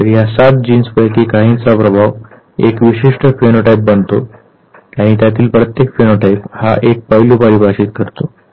तर या 7 जीन्सपैकी काहीचा प्रभाव एक विशिष्ट फिनोटाइप बनतो आणि त्यातील प्रत्येक फिनोटाईप हा एक पैलू परिभाषित करतो